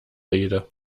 rede